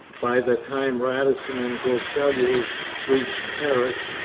by the time radisson and groseilliers reached paris,